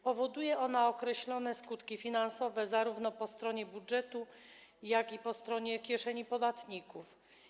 Powoduje ona określone skutki finansowe zarówno po stronie budżetu, jak i po stronie kieszeni podatników.